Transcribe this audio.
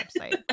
website